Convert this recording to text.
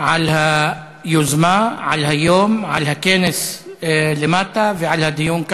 על היוזמה, על היום, על הכנס למטה ועל הדיון כאן.